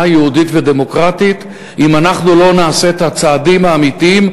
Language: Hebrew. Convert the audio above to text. יהודית ודמוקרטית אם אנחנו לא נעשה את הצעדים האמיתיים,